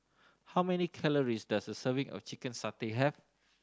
how many calories does a serving of chicken satay have